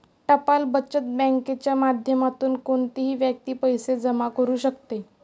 टपाल बचत बँकेच्या माध्यमातून कोणतीही व्यक्ती पैसे जमा करू शकते